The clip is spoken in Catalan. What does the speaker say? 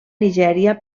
nigèria